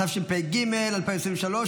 התשפ"ג 2023,